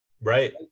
Right